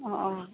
অঁ অঁ